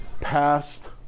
passed